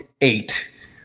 eight